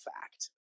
fact